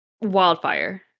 wildfire